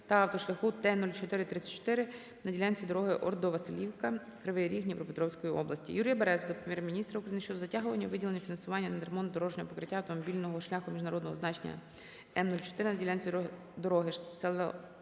та автошляху Т 0434 на ділянці дороги Ордо-Василівка- Кривий Ріг Дніпропетровської області. Юрія Берези до Прем'єр-міністра України щодо затягування виділення фінансування на ремонт дорожнього покриття автомобільного шляху міжнародного значення М 04 на ділянці дорогис. Жовте